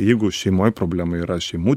jeigu šeimoj problema yra šeimų